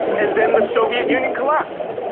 and then the soviet union collapsed.